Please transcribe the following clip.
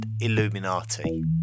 illuminati